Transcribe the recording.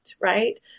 right